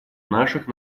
наших